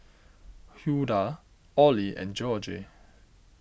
Hulda Orley and Jorge